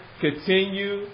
continue